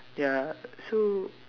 ya so